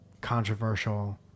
controversial